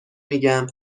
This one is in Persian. میگم